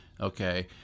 okay